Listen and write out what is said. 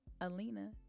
alina